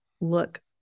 look